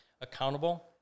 accountable